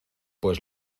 pues